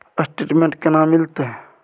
Statement केना मिलते?